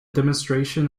demonstration